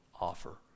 offer